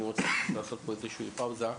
אני רוצה לעשות פה איזושהי פאוזה,